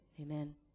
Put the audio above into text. Amen